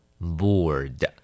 bored